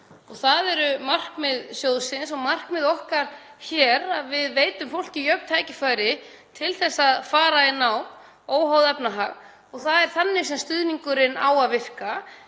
Það eru markmið sjóðsins og markmið okkar hér, að við veitum fólki jöfn tækifæri til að fara í nám óháð efnahag. Það er þannig sem stuðningurinn á að virka.